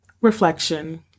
Reflection